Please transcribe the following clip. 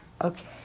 Okay